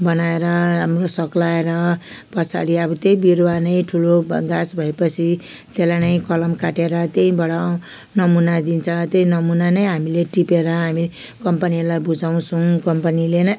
बनाएर राम्रो सग्लाएर पछाडि अब त्यही बिरुवा नै ठुलो गाछ भएपछि त्यसलाई नै कलम काटेर त्यहीबाट नै मुना दिन्छ त्यही मुना नै हामीले टिपेर हामी कम्पनीलाई बुझाउँछौँ कम्पनीले नै